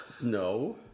No